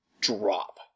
drop